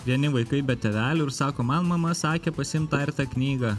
vieni vaikai be tėvelių ir sako man mama sakė pasiimt tą ir tą knygą